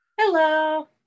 Hello